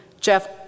Jeff